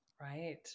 Right